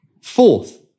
Fourth